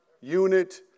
unit